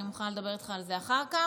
ואני מוכנה לדבר איתך על זה אחר כך.